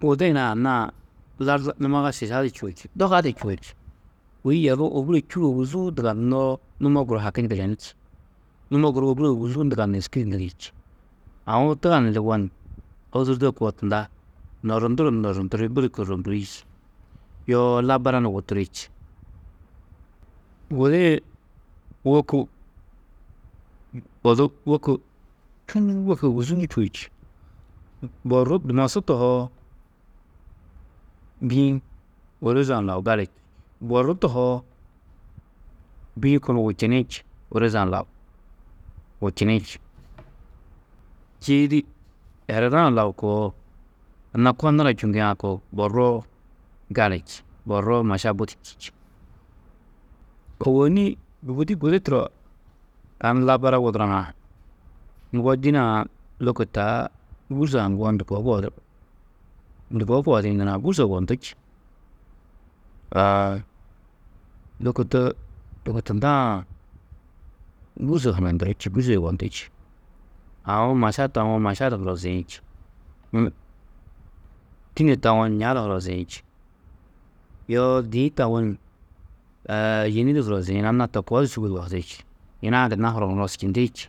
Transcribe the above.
Gudi hunã anna-ã lardu, numaga šiša du čûo či, doga du čûo či, kôi yerruũ ôbure čû, ôguzuu nduganunoó numo guru haki ŋgirenú či. Numo guru ôbure ôguzuu nduganu êski di ŋgiri či, aũ tuganu liwo ni ôsurdo koo tunda norrunduru ni norrundiri, budi kôrrombiri či, yoo labara ni wuturi či. Gudi-ĩ wôku odu wôku wôku ôguzuu čûo či, borru, dumosu tohoo bî-ĩ ôroze-ã lau gali, borru tohoo bî-ĩ kunu wučini či, ôroze-ã lau, wučini či, čîidi ereda-ã lau koo anna konura čûuŋgiã koo borruo gali či, borruo maša budi čî či. Ôwonni bûgudi gudi turo tani labara wudurã ŋgo dîne-ã lôko taa gûrso haŋguwo ndu koo kohudu ndu koo kohidiĩ nurã? Gûrso yugondú či, aa, lôko to, lôko tundaã gûrso hanandurú či, gûrso yugondú či, aũ maša tawo maša du huroziĩ či, tînne tawo ña du huroziĩ či, yoo dîĩ tawo ni yîni di huroziĩ, anna-ã to koo di sûgo yohidi či. Yina-ã gunna hurohurosčindi či,